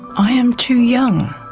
i am too young,